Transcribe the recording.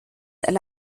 and